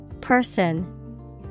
Person